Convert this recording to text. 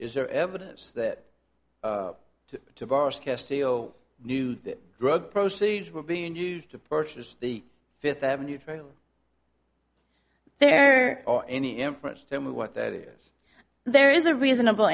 steal new drug proceeds were being used to purchase the fifth avenue through there or any inference tell me what that is there is a reasonable